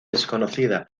desconocida